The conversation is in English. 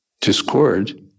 discord